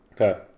Okay